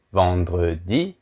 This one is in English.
vendredi